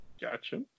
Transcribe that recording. Gotcha